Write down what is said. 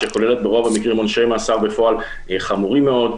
שכוללת ברוב המקרים עונשי מאסר בפועל חמורים מאוד.